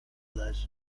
leży